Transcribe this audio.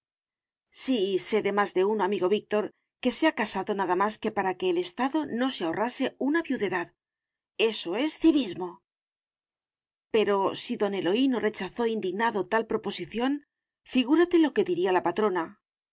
sí sé de más de uno amigo víctor que se ha casado nada más que para que el estado no se ahorrase una viudedad eso es civismo pero si don eloíno rechazó indignado tal proposición figúrate lo que diría la patrona